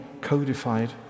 codified